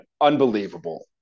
Unbelievable